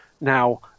now